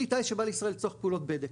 כלי טיס שבא לישראל צריך פעולות בדק,